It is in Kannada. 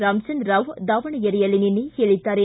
ರಾಮಚಂದ್ರರಾವ್ ದಾವಣಗೆರೆಯಲ್ಲಿ ನಿನ್ನೆ ಹೇಳಿದ್ದಾರೆ